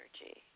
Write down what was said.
energy